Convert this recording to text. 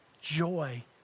joy